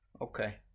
Okay